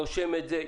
נושם את זה,